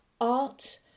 art